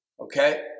Okay